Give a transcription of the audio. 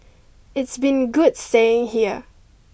it's been good staying here